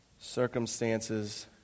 circumstances